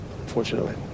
unfortunately